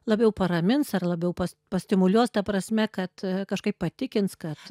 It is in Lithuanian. labiau paramins ar labiau pas pastimuliuos ta prasme kad kažkaip patikins kad